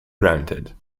granted